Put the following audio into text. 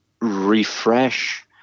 refresh